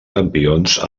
campions